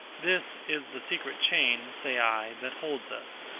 this is the secret chain, say i, that holds us.